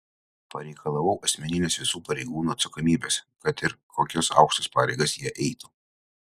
pareikalavau asmeninės visų pareigūnų atsakomybės kad ir kokias aukštas pareigas jie eitų